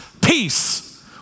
peace